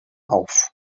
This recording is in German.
auf